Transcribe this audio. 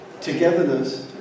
togetherness